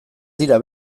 dira